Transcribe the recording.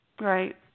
Right